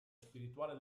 spirituale